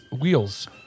wheels